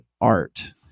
art